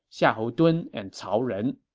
xiahou dun and cao ren.